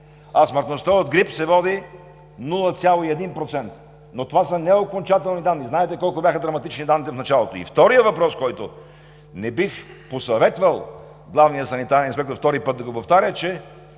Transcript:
а смъртността от грип се води 0,1%. Но това са неокончателни данни. Знаете колко бяха драматични данните в началото. И вторият въпрос, който не бих посъветвал главния санитарен инспектор втори път да го повтаря –